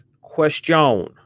question